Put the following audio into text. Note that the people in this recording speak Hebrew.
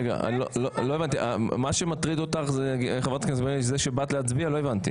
מה מטריד אותך כרגע?